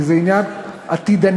כי זה עניין עתידני.